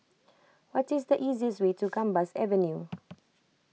what is the easiest way to Gambas Avenue